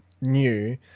new